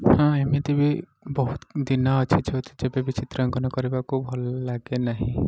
ହଁ ଏମିତି ବି ବହୁତ ଦିନ ଅଛି ଯେଉଁଠି ଯେବେବି ଚିତ୍ରାଙ୍କନ କରିବାକୁ ଭଲ ଲାଗେ ନାହିଁ